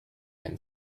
and